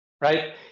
right